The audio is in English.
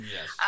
Yes